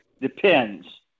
depends